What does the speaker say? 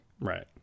Right